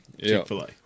Chick-fil-A